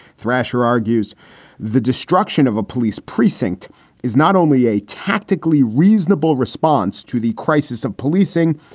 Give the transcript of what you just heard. thrasher argues the destruction of a police precinct is not only a tactically reasonable response to the crisis of policing,